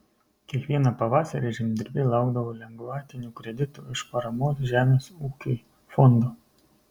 kiekvieną pavasarį žemdirbiai laukdavo lengvatinių kreditų iš paramos žemės ūkiui fondo